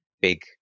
big